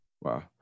wow